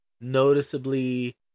Noticeably